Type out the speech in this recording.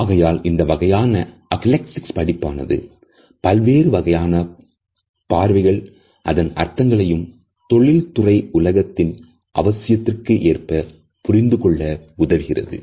ஆகையால் இந்த வகையான அகூலேசிக்ஸ் படிப்பானது பல்வேறு வகையான பார்வைகள் அதன் அர்த்தங்களையும் தொழில் துறை உலகத்தின் அவசியத்திற்கு ஏற்ப புரிந்து கொள்ள உதவுகிறது